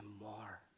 more